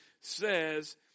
says